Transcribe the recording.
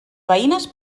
veïnes